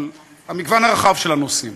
במגוון הרחב של הנושאים.